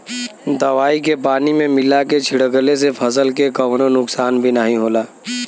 दवाई के पानी में मिला के छिड़कले से फसल के कवनो नुकसान भी नाहीं होला